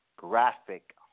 Graphic